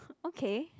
okay